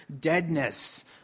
deadness